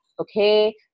okay